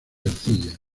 arcilla